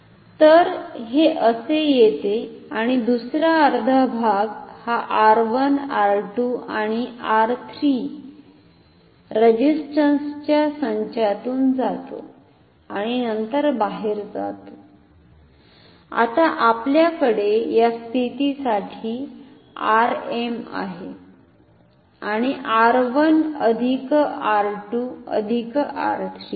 तर हे असे येते आणि दुसरा अर्धा भाग हा R 1 R 2 आणि R 3 रेझिस्टन्सच्या संचातून जातो आणि नंतर बाहेर जातो आता आपल्याकडे या स्थितीसाठी R m आहे आणि R1 अधिक R2 अधिक R3 आहे